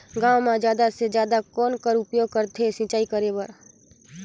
गांव म जादा से जादा कौन कर उपयोग करथे सिंचाई करे बर?